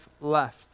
left